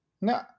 No